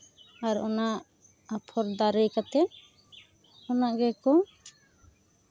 ᱟᱨ ᱚᱱᱟ ᱟᱯᱷᱚᱨ ᱫᱟᱨᱮ ᱠᱟᱛᱮ ᱚᱱᱟ ᱜᱮᱠᱚ